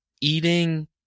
eating